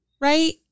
right